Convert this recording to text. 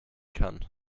kann